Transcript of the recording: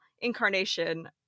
incarnation